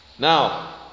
Now